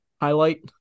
highlight